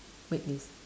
wait list